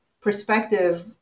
perspective